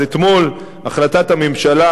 אז אתמול החלטת הממשלה,